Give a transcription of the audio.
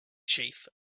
chief